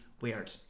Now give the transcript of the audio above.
weird